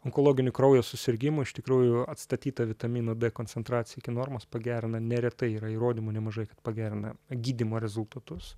onkologinių kraujo susirgimų iš tikrųjų atstatyta vitamino d koncentracija iki normos pagerina neretai yra įrodymų nemažai pagerina gydymo rezultatus